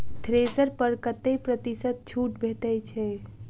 Thresher पर कतै प्रतिशत छूट भेटय छै?